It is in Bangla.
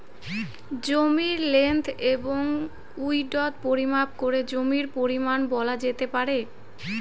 জমির লেন্থ এবং উইড্থ পরিমাপ করে জমির পরিমান বলা যেতে পারে